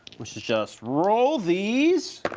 which is just roll these.